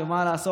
אשר מה לעשות,